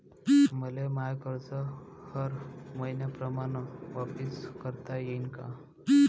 मले माय कर्ज हर मईन्याप्रमाणं वापिस करता येईन का?